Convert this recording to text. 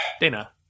Dana